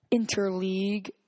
interleague